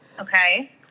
Okay